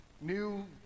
new